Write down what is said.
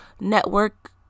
network